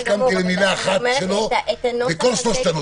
לא הסכמתי עם מילה אחת של סגן השר בכל שלושת הנושאים.